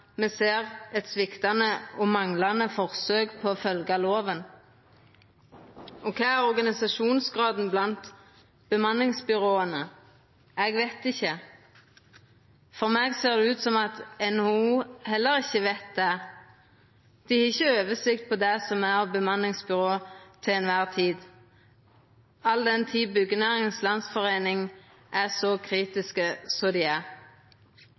me ser eit sviktande og manglande forsøk på å følgja loven. Og kva er organisasjonsgraden blant bemanningsbyråa? Eg veit ikkje. For meg ser det ut som at NHO heller ikkje veit det. Dei har ikkje oversikt over det som er av bemanningsbyrå til kvar tid all den tid Byggenæringens Landsforening er så kritiske som dei er.